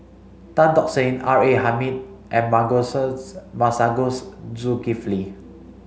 Tan Tock Seng R A Hamid and Masagos Zulkifli